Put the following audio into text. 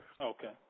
Okay